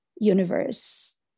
universe